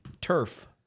turf